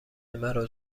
مرا